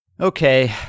Okay